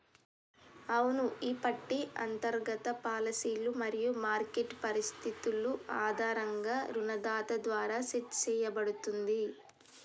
అవును ఈ పట్టి అంతర్గత పాలసీలు మరియు మార్కెట్ పరిస్థితులు ఆధారంగా రుణదాత ద్వారా సెట్ సేయబడుతుంది